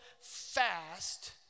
fast